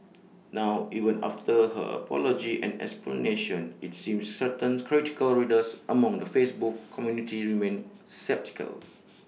now even after her apology and explanation IT seems certain critical readers among the Facebook community remained sceptical